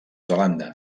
zelanda